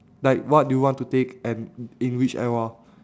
like what do you want to take and in which era